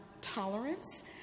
tolerance